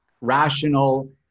rational